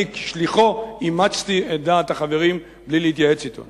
כשליחו אימצתי את דעת החברים בלי להתייעץ אתו.